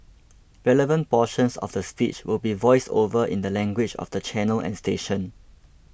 relevant portions of the speech will be voiced over in the language of the channel and station